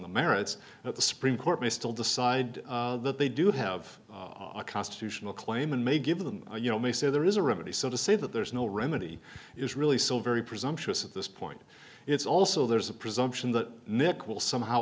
the merits that the supreme court may still decide that they do have a constitutional claim and may give them you know may say there is a remedy so to say that there is no remedy is really so very presumptuous at this point it's also there's a presumption that nick will somehow